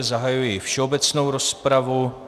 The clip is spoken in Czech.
Zahajuji všeobecnou rozpravu.